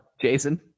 Jason